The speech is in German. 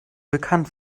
bekannt